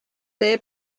tee